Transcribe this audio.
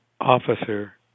officer